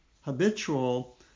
habitual